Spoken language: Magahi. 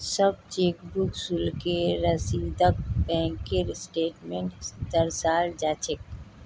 सब चेकबुक शुल्केर रसीदक बैंकेर स्टेटमेन्टत दर्शाल जा छेक